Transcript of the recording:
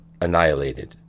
annihilated